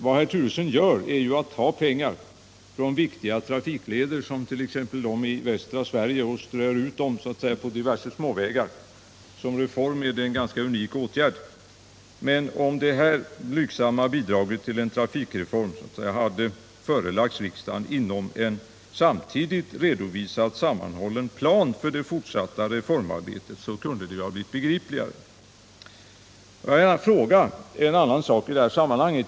Vad herr Turesson gör är att ta pengar från viktiga trafikleder, t.ex. i västra Sverige, och strö ut dem på diverse småvägar. Som reform är det en ganska unik åtgärd. Men om det här blygsamma bidraget till en trafikreform hade förelagts riksdagen inom en samtidigt redovisad, sammanhållen plan för det fortsatta reformarbetet, kunde det ha blivit begripligare. Jag vill gärna fråga en sak i detta sammanhang.